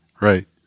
right